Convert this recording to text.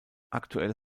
aktuell